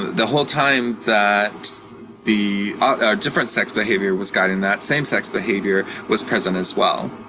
the whole time that the different-sex behavior was guiding that, same-sex behavior was present as well.